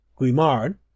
Guimard